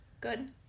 good